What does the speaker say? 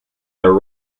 their